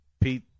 Pete